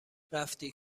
رفتی